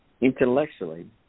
intellectually